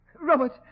Robert